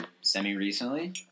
semi-recently